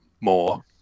more